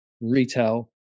retail